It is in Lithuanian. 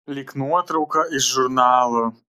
lyg nuotrauka iš žurnalo